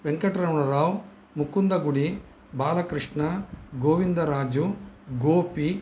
वेङ्कटरमणराव् मुकुन्दगुडि बालकृष्णः गोविन्दराजु गोपी